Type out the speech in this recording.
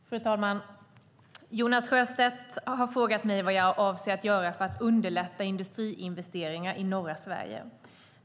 Fru talman! Jonas Sjöstedt har frågat mig vad jag avser att göra för att underlätta industriinvesteringar i norra Sverige.